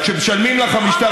כי סך הכול מדובר באותה משטרה,